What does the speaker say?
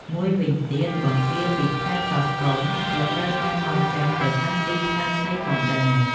មួយវិញទៀត បង្គាពីខេត្តកោះកុងក៏ត្រូវបាននាំចេញទៅកាន់ទីផ្សារថៃផងដែរ។